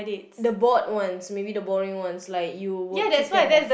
the bored ones maybe the boring ones like you would kick them off